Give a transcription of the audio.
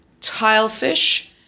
tilefish